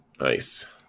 nice